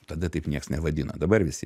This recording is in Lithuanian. tada taip nieks nevadino dabar visi